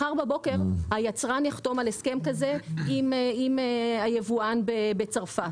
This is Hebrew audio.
בבוקר היצרן יחתום על הסכם כזה עם היבואן שלו בצרפת,